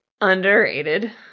underrated